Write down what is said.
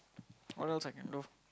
what else I can do